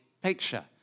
picture